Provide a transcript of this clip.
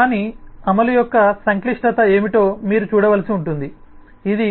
దాని అమలు యొక్క సంక్లిష్టత ఏమిటో మీరు చూడవలసి ఉంటుంది ఇది